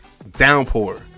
Downpour